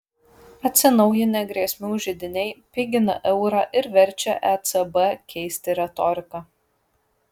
atsinaujinę grėsmių židiniai pigina eurą ir verčia ecb keisti retoriką